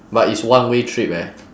but it's one way trip eh